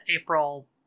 April